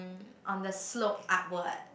on the slope upwards